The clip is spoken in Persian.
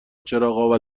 چراغا